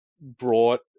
brought